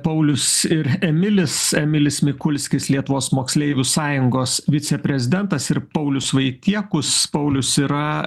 paulius ir emilis emilis mikulskis lietuvos moksleivių sąjungos viceprezidentas ir paulius vaitiekus paulius yra